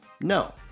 no